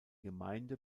gemeinde